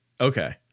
Okay